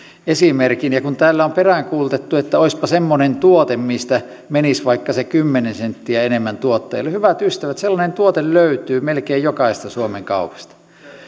esimerkin kun täällä on peräänkuulutettu että olisipa semmoinen tuote mistä menisi vaikka se kymmenen senttiä enemmän tuottajalle niin hyvät ystävät sellainen tuote löytyy melkein jokaisesta suomen kaupasta